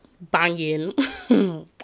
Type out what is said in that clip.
banging